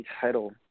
title